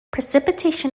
precipitation